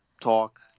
talk